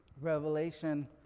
Revelation